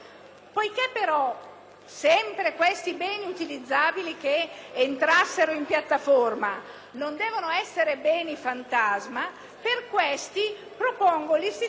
propongo l'istituzione di un apposito registro. Questo concorrerebbe alla riduzione dei rifiuti avviati allo smaltimento e consiglierebbe il riutilizzo, anche sociale,